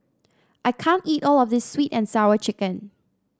I can't eat all of this sweet and Sour Chicken